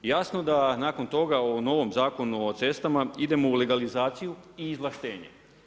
Jasno da nakon toga u novom Zakonu o cestama idemo u legalizaciju i izvlaštenje.